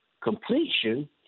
completion